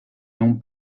non